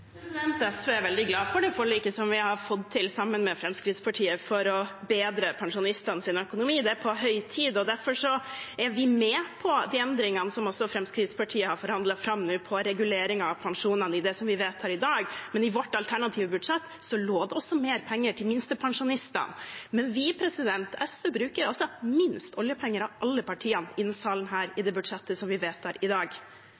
SV er veldig glad for det forliket som vi har fått til sammen med Fremskrittspartiet for å bedre pensjonistenes økonomi. Det er på høy tid, og derfor er vi også med på de endringene som Fremskrittspartiet nå har forhandlet fram på regulering av pensjoner, i det som vi vedtar i dag, men i vårt alternative budsjett lå det også mer penger til minstepensjonistene. SV bruker minst oljepenger av alle partiene i denne salen i det budsjettet vi vedtar i dag.